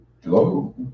Hello